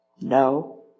No